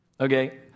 Okay